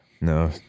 no